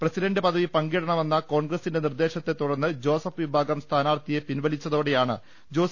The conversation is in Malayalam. പ്രസിഡന്റ് പദവി പങ്കിടണമെന്ന കോൺഗ്രസിന്റെ നിർദേശത്തെ തുടർന്ന് ജോസഫ് വിഭാഗം സ്ഥാനാർത്ഥിയെ പിൻവലിച്ചതോടെ യാണ് ജോസ്